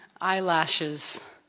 eyelashes